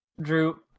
Drew